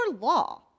law